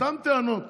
אותן טענות,